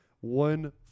one